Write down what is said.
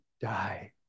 die